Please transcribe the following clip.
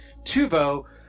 Tuvo